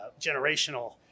generational